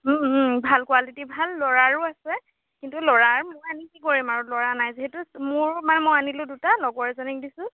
ভাল কোৱালিটি ভাল ল'ৰাৰো আছে কিন্তু ল'ৰাৰ মই আনি কি কৰিম আৰু ল'ৰা নাই যিহেতু মোৰো মানে মই আনিলোঁ দুটা লগৰ এজনীক দিছোঁ